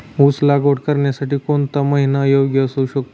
ऊस लागवड करण्यासाठी कोणता महिना योग्य असू शकतो?